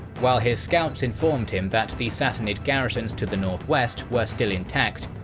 while his scouts informed him that the sassanid garrisons to the northwest were still intact,